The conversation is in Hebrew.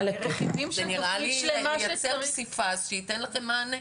זה נראה לי ייצר פסיפס שייתן לכם מענה.